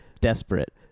desperate